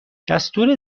دستور